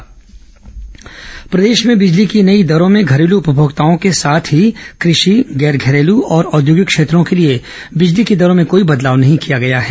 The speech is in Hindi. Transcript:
बिजली दर प्रदेश में बिजली की नई दरों में घरेलू उपभोक्ताओं के साथ ही कृषि गैर घरेलू और औद्योगिक क्षेत्रों के लिए बिजली की दरों में कोई बदलाव नहीं किया गया है